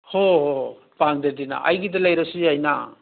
ꯍꯣꯍꯣ ꯄꯥꯡꯗꯗꯤꯅ ꯑꯩꯒꯤꯗ ꯂꯩꯔꯁꯨ ꯌꯥꯏꯅ